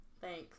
Thanks